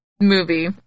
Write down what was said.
movie